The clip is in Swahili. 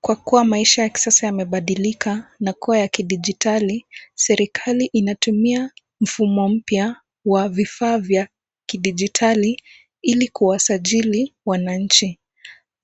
Kwa kuwa maisha ya kisasa yamebadilika na kuwa ya kidijitali, serikali inatumia mfumo mpya wa vifaa vya kidijitali ili kuwasajili wananchi.